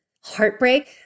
heartbreak